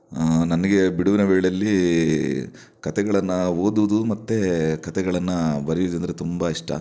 ನನಗೆ ಬಿಡುವಿನ ವೇಳೆಯಲ್ಲಿ ಕಥೆಗಳನ್ನು ಓದುವುದು ಮತ್ತು ಕಥೆಗಳನ್ನು ಬರೆಯೋದಂದ್ರೆ ತುಂಬ ಇಷ್ಟ